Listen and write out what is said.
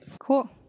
Cool